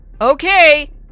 Okay